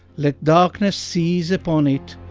let darkness seize upon it,